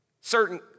certain